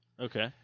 Okay